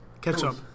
Ketchup